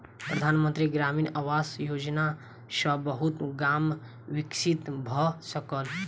प्रधान मंत्री ग्रामीण आवास योजना सॅ बहुत गाम विकसित भअ सकल